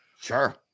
Sure